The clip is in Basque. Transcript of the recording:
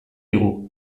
digu